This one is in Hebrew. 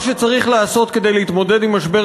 מה שצריך לעשות כדי להתמודד עם משבר